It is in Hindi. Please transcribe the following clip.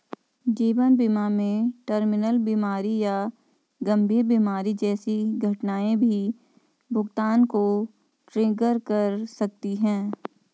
जीवन बीमा में टर्मिनल बीमारी या गंभीर बीमारी जैसी घटनाएं भी भुगतान को ट्रिगर कर सकती हैं